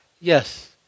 Yes